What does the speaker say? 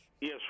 Yes